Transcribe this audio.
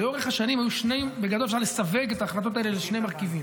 בגדול אפשר לסווג את ההחלטות האלה לשני מרכיבים.